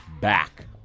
back